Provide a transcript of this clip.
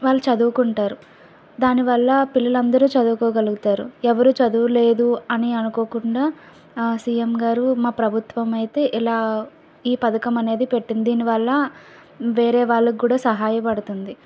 వాళ్లు చదువుకుంటారు దానివల్ల పిల్లలందరూ చదువుకోగలుగుతారు ఎవరూ చదువులేదు అని అనుకోకుండా సీఎం గారు మా ప్రభుత్వమైతే ఎలా ఈ పథకం అనేది పెట్టింది దీనివల్ల వేరే వాళ్ళకి కూడా సహాయపడుతుంది